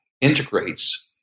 integrates